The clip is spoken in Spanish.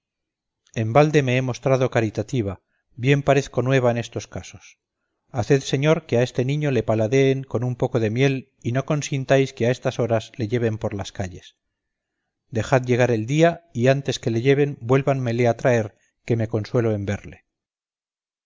en balde me he mostrado caritativa bien parezco nueva en estos casos haced señor que a este niño le paladeen con un poco de miel y no consintáis que a estas horas le lleven por las calles dejad llegar el día y antes que le lleven vuélvanmele a traer que me consuelo en verle